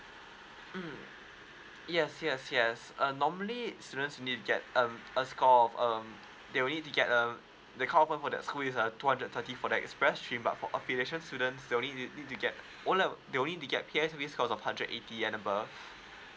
mm yes yes yes err normally students need to get um a score of um they will need to get um the call for that quiz uh two hundred thirty for the express stream but for opulation students they only need get O level the only need to get P_S_V score of hundred eighty and above